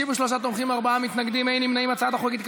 אינה נוכחת,